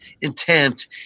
intent